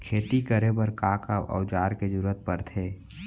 खेती करे बर का का औज़ार के जरूरत पढ़थे?